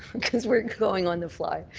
because we're going on the fly.